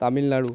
Tamil Nadu